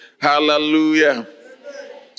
Hallelujah